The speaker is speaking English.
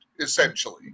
essentially